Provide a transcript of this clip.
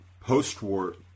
post-war